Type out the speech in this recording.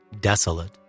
desolate